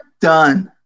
done